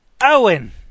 owen